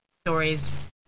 stories